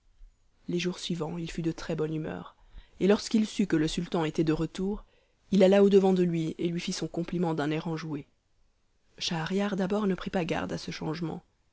les jours suivants il fut de très-bonne humeur et lorsqu'il sut que le sultan était de retour il alla au-devant de lui et lui fit son compliment d'un air enjoué schahriar d'abord ne prit pas garde à ce changement